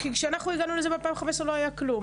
כשאנחנו הגענו לזה ב-2015, לא היה כלום.